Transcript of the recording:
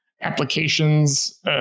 applications